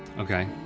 okay.